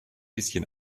bisschen